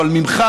אבל ממך,